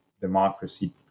democracy